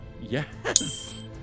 Yes